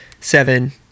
seven